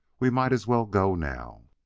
we might as well go now.